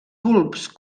bulbs